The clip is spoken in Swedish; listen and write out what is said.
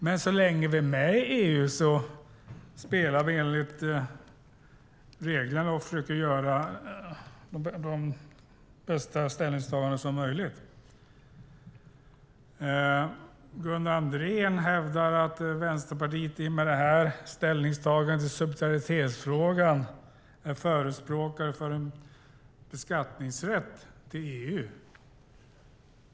Men så länge vi är med i EU spelar vi enligt reglerna och försöker göra de bästa möjliga ställningstagandena. Gunnar Andrén hävdar att Vänsterpartiet i och med detta ställningstagande i subsidiaritetsfrågan är förespråkare för en beskattningsrätt till EU.